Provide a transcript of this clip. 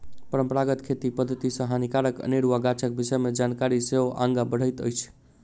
परंपरागत खेती पद्धति सॅ हानिकारक अनेरुआ गाछक विषय मे जानकारी सेहो आगाँ बढ़ैत अछि